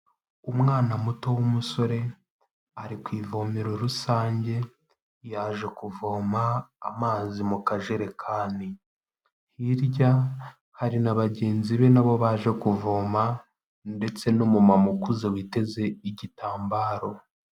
Umwana muto w'umusore ari ku ivomero rusange, yaje kuvoma amazi mu kajerekani. Hirya hari na bagenzi be, na bo baje kuvoma, ndetse n'umumama ukuze, witeze igitambaro.